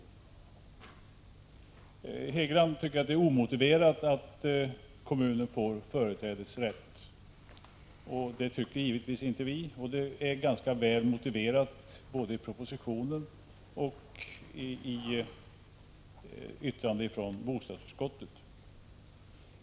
Hugo Hegeland tycker att det är omotiverat att kommunerna får företrädesrätt. Det tycker givetvis inte vi, och det är ganska väl motiverat både i propositionen och i yttrandet från bostadsutskottet.